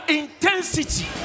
intensity